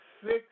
six